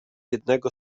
jednego